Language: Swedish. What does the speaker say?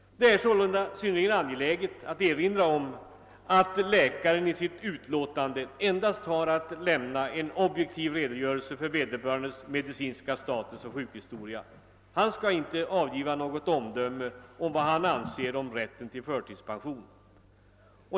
Det är således synnerligen angeläget att erinra om att läkaren i sitt utlåtande endast har att lämna en objektiv redogörelse för den pensionsökandes medicinska status och sjukhistoria. Han skall inte avge något uttalande om vad han anser om rätten till förtidspension.